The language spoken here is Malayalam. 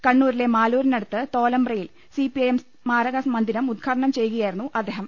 കണ്ണൂരിലെ മാലൂരിനടുത്ത് തോലമ്പ്രയിൽ സിപിഐഎം സ്മാരക മന്ദിരം ഉദ്ഘാടനം ചെയ്യുകയായിരുന്നു അദ്ദേഹം